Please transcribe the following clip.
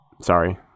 sorry